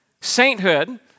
Sainthood